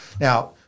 Now